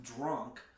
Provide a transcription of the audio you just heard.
drunk